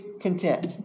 content